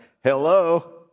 Hello